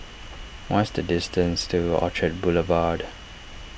what is the distance to Orchard Boulevard